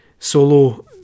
Solo